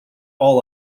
all